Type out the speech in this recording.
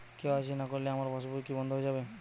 KYC না করলে আমার পাশ বই কি বন্ধ হয়ে যাবে?